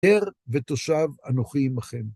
גר ותושב אנוכי עמכם.